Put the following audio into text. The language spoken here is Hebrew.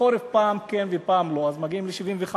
בחורף פעם כן ופעם לא, אז מגיעים ל-75%.